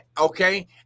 Okay